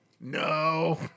no